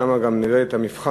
שם גם נראה את המבחן,